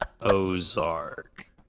Ozark